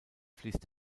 fließt